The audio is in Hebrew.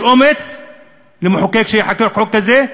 יש אומץ למחוקק לחוקק חוק כזה,